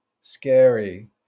scary